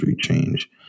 change